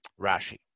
Rashi